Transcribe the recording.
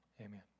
Amen